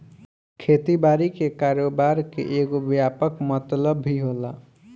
खेती बारी के कारोबार के एगो व्यापक मतलब भी होला